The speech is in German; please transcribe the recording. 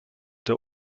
der